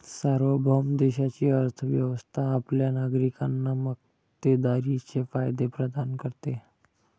सार्वभौम देशाची अर्थ व्यवस्था आपल्या नागरिकांना मक्तेदारीचे फायदे प्रदान करते